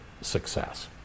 success